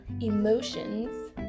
emotions